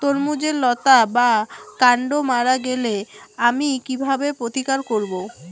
তরমুজের লতা বা কান্ড মারা গেলে আমি কীভাবে প্রতিকার করব?